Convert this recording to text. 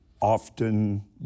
often